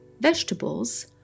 Vegetables